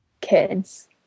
kids